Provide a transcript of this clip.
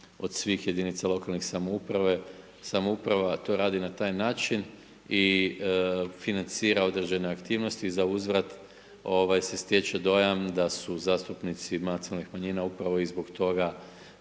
od svih jedinica lokalne samouprave, samouprava to rade na taj način i financira određene aktivnosti i zauzvrat se stječe dojam da su zastupnici nacionalnih manjina upravo zbog toga